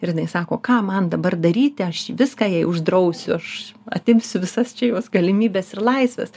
ir jinai sako ką man dabar daryti aš viską jai uždrausiu aš atimsiu visas čia jos galimybes ir laisves